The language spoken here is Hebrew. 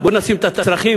בוא נשים את הצרכים,